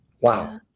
Wow